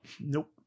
Nope